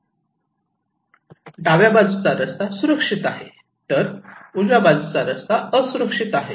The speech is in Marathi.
डाव्या बाजूचा रस्ता सुरक्षित आहे उजवीकडे बाजूचा रस्ता असुरक्षित आहे